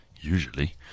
usually